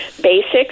basics